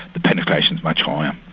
the penetration is much higher.